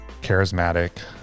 charismatic